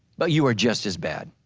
but you are just as bad